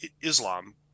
Islam